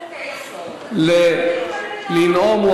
לנאום.